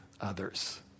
others